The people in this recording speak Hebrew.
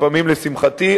לפעמים לשמחתי,